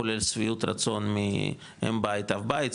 כולל שביעות רצון מאם-אב בית,